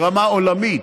ברמה עולמית,